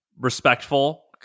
Respectful